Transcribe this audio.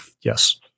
Yes